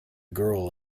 girl